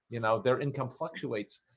you know their income fluctuates,